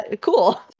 Cool